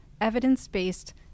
evidence-based